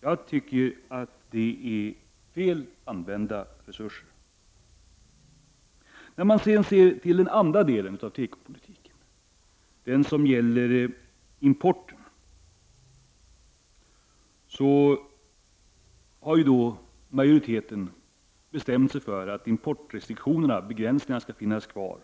Jag tycker att det är fel använda resurser. När man sedan ser till den andra delen av tekopolitiken, den som gäller importen, har majoriteten bestämt sig för att importbegränsningarna skall finnas kvar